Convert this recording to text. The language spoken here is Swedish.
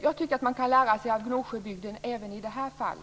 Jag tycker att man kan lära sig av Gnosjöbygden även i detta fall.